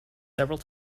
several